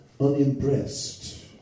unimpressed